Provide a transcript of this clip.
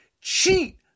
Cheat